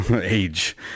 age